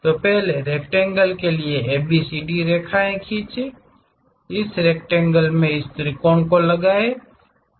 तो पहले रेक्टेंगल के लिए ABCD रेखाएँ खींचें इस रेक्टेंगल में इस त्रिकोण को लगाएँ